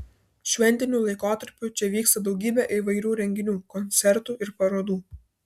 šventiniu laikotarpiu čia vyksta daugybė įvairių renginių koncertų ir parodų